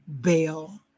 bail